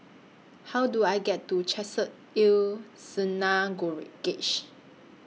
How Do I get to Chesed El